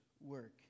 work